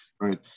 Right